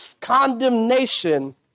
condemnation